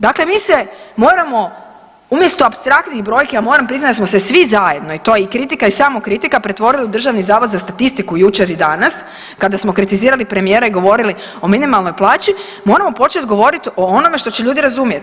Dakle, mi se moramo umjesto apstraktnih brojki, a moram priznati da smo se svi zajedno, a to je kritika i samokritika pretvorili u Državni zavod za statistiku jučer i danas kada smo kritizirali premijera i govorili o minimalnoj plaći, moramo počet govorit o onome što će ljudi razumjeti.